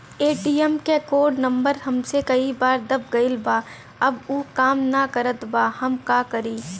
ATM क code number हमसे कई बार दब गईल बा अब उ काम ना करत बा हम का करी?